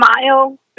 smile